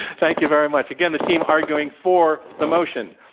thank you very much. again, the team arguing for the motion.